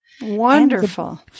Wonderful